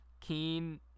keen